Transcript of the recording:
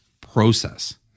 process